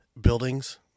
buildings